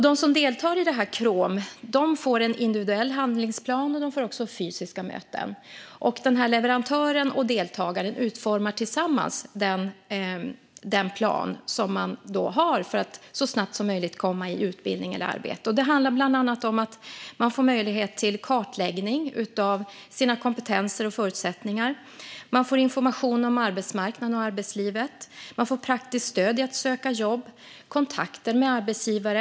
De som deltar i KROM får en individuell handlingsplan och fysiska möten. Leverantören och deltagaren utformar tillsammans en plan för att deltagaren så snabbt som möjligt ska komma i utbildning eller arbete. Det handlar bland annat om att man får möjlighet till kartläggning av sina kompetenser och förutsättningar och att man får information om arbetsmarknaden och arbetslivet. Man får praktiskt stöd i att söka jobb och i kontakten med arbetsgivare.